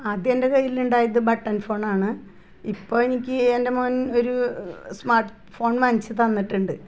ആദ്യം എൻ്റെ കയ്യിലുണ്ടായത് ബട്ടൺ ഫോണാണ് ഇപ്പോൾ എനിക്ക് എൻ്റെ മോൻ ഒരു സ്മാർട്ട്ഫോൺ വാങ്ങിച്ച്തന്നിട്ടുണ്ട്